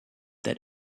that